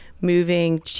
moving